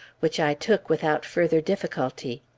which i took without further difficulty.